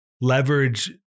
leverage